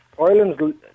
Ireland's